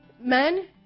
men